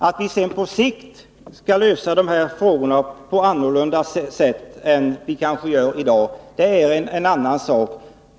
Att vi sedan på sikt skall lösa de här frågorna på annorlunda sätt än vad vi i dag gör är en annan sak.